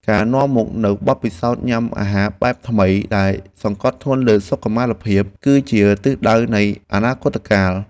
ការនាំមកនូវបទពិសោធន៍ញ៉ាំអាហារបែបថ្មីដែលសង្កត់ធ្ងន់លើសុខុមាលភាព គឺជាទិសដៅនៃអនាគតកាល។